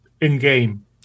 in-game